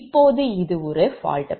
இப்போது இது ஒரு fault பஸ்